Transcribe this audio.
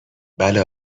بله